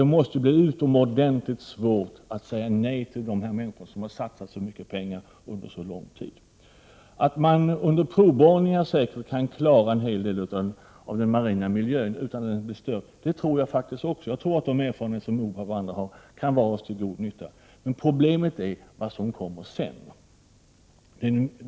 Det måste bli utomordentligt svårt att säga nej till de människor som har satsat så mycket pengar under så lång tid. Att man säkert kan klara av en hel del provborrningar utan att den marina miljön blir störd tror jag är möjligt. Jag tror att de erfarenheter som OPAB och andra har fått kan vara till god nytta, men problemet är vad som kommer sedan.